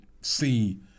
see